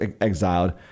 exiled